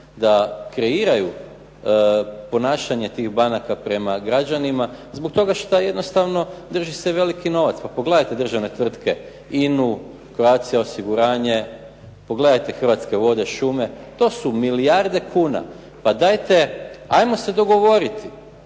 da kreiraju ponašanje tih banaka prema građanima zbog toga što jednostavno drži se veliki novac. Pa pogledajte državne tvrtke, INA-u, Croatia osiguranje, pogledajte Hrvatske vode, šume. To su milijarde kuna. Pa dajte, ajmo se dogovoriti.